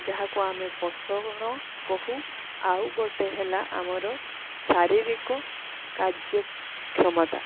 ଯାହାକୁ ଆମେ ପୋଷଣ କହୁ ଆଉ ଗୋଟେ ହେଲା ଆମର ଶାରୀରିକ କାର୍ଯ୍ୟ କ୍ଷମତା